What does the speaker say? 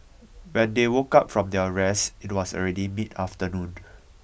when they woke up from their rest it was already mid afternoon